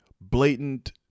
blatant